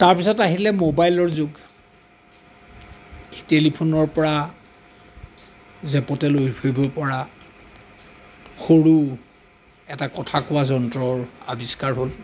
তাৰপিছত আহিলে মোবাইলৰ যোগ টেলিফোনৰ পৰা জেপতে লৈ ফুৰিব পৰা সৰু এটা কথা কোৱা যন্ত্ৰৰ আৱিষ্কাৰ হ'ল